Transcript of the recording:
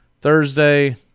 Thursday